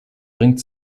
bringt